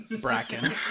Bracken